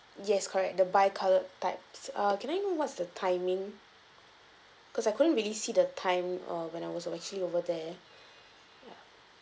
yes correct the bi coloured types err can I know what's the timing cause I couldn't really see the time uh when I was actually over there ya